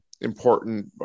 important